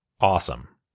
Awesome